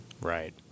Right